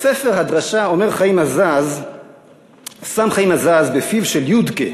בסיפור "הדרשה" שם חיים הזז בפיו של יודק'ה,